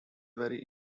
very